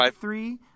three